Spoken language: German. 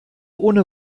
ohne